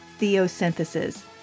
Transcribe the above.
Theosynthesis